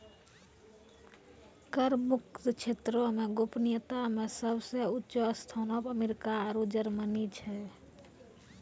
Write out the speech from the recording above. कर मुक्त क्षेत्रो मे गोपनीयता मे सभ से ऊंचो स्थानो पे अमेरिका आरु जर्मनी छै